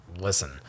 listen